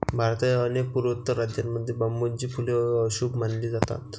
भारतातील अनेक पूर्वोत्तर राज्यांमध्ये बांबूची फुले अशुभ मानली जातात